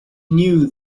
knew